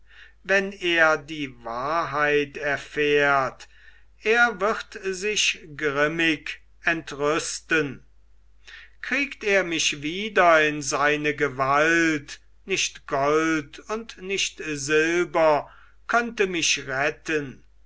wenn er die wahrheit erfährt er wird sich grimmig entrüsten kriegt er mich wieder in seine gewalt nicht gold und nicht silber könnte mich retten